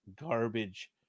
garbage